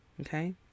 okay